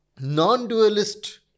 non-dualist